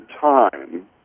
time